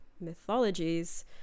Mythologies